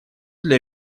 для